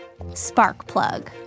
Sparkplug